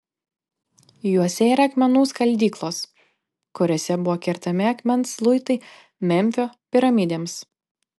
juose yra akmenų skaldyklos kuriose buvo kertami akmens luitai memfio piramidėms